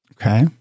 Okay